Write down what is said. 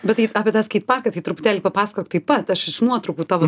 bet tai apie tą skeit parką tai truputėlį papasakok taip pat aš iš nuotrupų tavo